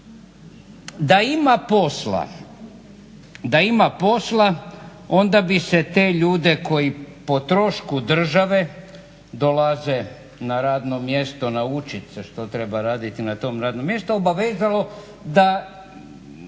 Da ima posla onda bi se te ljude koji po trošku države dolaze na radno mjesto naučiti se što treba raditi na tom radnom mjestu obavezalo da